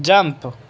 jump